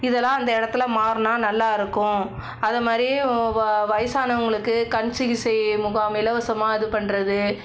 இதெல்லாம் அந்த இடத்தில மாறினா நல்லாயிருக்கும் அத மாதிரி வயதானவங்களுக்கு கண் சிகிச்சை முகாம் இலவசமாக இது பண்ணுறது